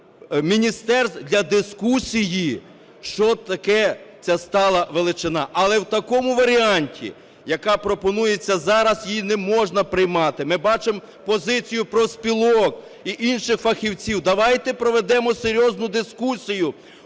міністерств для дискусії – що таке ця стала величина. Але в такому варіанті, яка пропонується зараз, її не можна приймати. Ми бачимо позицію профспілок і інших фахівців. Давайте проведемо серйозну дискусію,